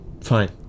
Fine